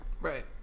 Right